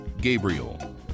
Gabriel